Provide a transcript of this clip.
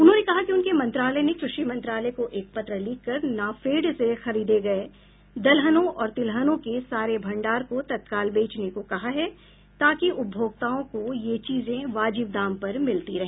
उन्होंने कहा कि उनके मंत्रालय ने कृ षि मंत्रालय को एक पत्र लिखकर नाफेड से खरीदे गए दलहनों और तिलहनों के सारे भंडार को तत्काल बेचने को कहा है ताकि उपभोक्ताओं को ये चीजें वाजिब दाम पर मिलती रहे